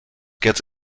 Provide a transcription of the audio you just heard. gets